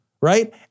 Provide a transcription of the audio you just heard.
right